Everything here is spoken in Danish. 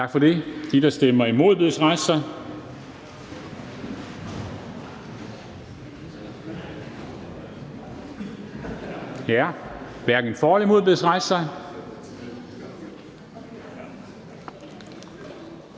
Tak for det. De, der stemmer imod, bedes rejse sig. Tak. De, der stemmer hverken for eller imod, bedes rejse sig.